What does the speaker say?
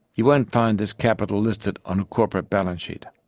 you won't find this capital listed on a corporate balance sheet.